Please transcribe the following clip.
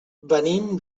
venim